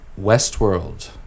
Westworld